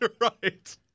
right